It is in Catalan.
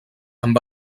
amb